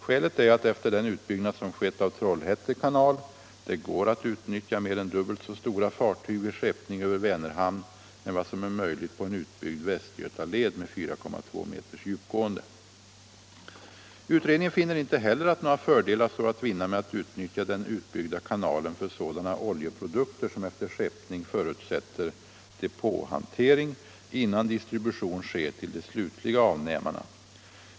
Skälet är att efter den utbyggnad som skett av Trollhätte kanal det går att utnyttja mer än dubbelt så stora fartyg vid skeppning över Vänerhamn än vad som är möjligt på en utbyggd Västgötaled med 4,2 meters djupgående. Utredningen finner inte heller att några fördelar står att vinna med att utnyttja den utbyggda kanalen för sådana oljeprodukter som efter skeppning förutsätter depåhantering, innan distribution sker till de slutliga avnämarna.